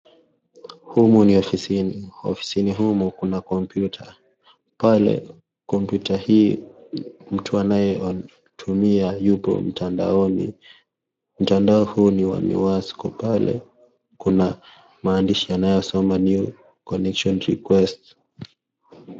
Humu ni ofisini, ofisini humu kuna komputa pale komputa hii mtu anayetumia yupo mtandaoni. Mtandao huu ni wa Niwasco pale kuna maandishi yanayosoma new connection request.